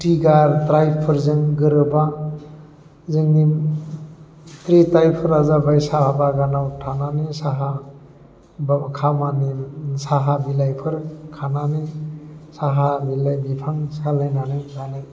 T ट्राइबफोरजों गोरोबा जोंनि बे ट्राइबफोरा जाबाय साहा बागानाव थानानै साहा बा खामानि साहा बिलाइफोर खानानै साहा बिलाइ बिफां सालायनानै जानाय